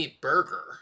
burger